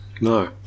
No